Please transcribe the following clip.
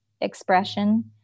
expression